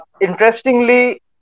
Interestingly